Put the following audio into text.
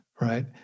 right